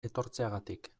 etortzeagatik